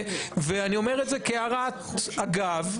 ואני אומר את זה כהערת אגב,